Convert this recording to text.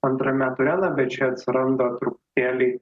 antrame ture na bet čia atsiranda truputėlį